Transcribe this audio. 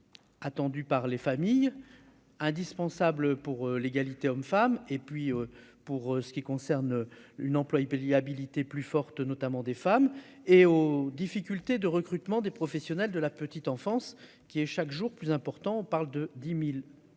Attendue par les familles, indispensable pour l'égalité hommes-femmes et puis pour ce qui concerne une employée Pellier plus forte, notamment des femmes et aux difficultés de recrutement des professionnels de la petite enfance qui est chaque jour plus important, on parle de 10000 personnes,